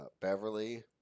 Beverly